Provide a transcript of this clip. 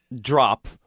drop